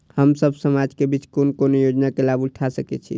हम सब समाज के बीच कोन कोन योजना के लाभ उठा सके छी?